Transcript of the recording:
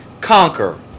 conquer